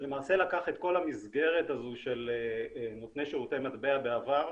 שלמעשה לקח את כל המסגרת הזו של נותני שירותי מטבע בעבר,